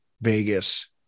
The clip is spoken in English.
Vegas